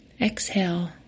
Exhale